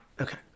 Okay